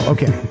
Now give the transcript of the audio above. Okay